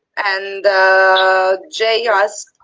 and jay asks,